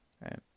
Right